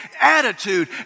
attitude